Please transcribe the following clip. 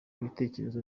ibitekerezo